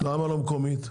למה לא מקומית?